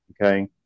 okay